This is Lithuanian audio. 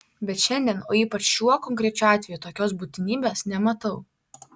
bet šiandien o ypač šiuo konkrečiu atveju tokios būtinybės nematau